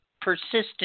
persistent